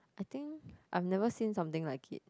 I think I've never seen something like it